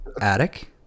Attic